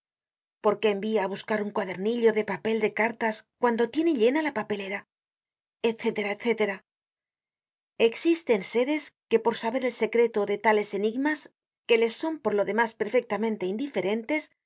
qué envia á buscar un cuadernillo de papel de cartas cuando tiene llena la papelera etc etc existen seres que por saber el secreto de tales enigmas que les son por lo demás perfectamente indiferentes